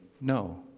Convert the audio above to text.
no